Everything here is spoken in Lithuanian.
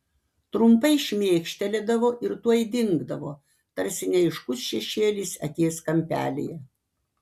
trumpai šmėkštelėdavo ir tuoj dingdavo tarsi neaiškus šešėlis akies kampelyje